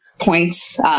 points